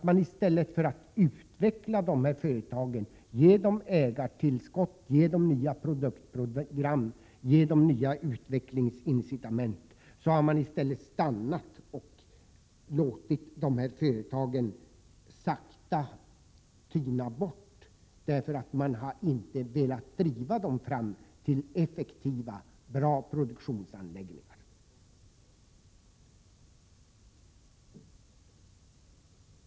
I stället för att utveckla de här företagen, i stället för att ge dem ägartillskott, nya produktprogram och nya utvecklingsincitament har man stannat på vägen och låtit företagen sakta tyna bort. Man har nämligen inte velat driva företagen mot effektiva, bra produktionsanläggningar.